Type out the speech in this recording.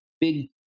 big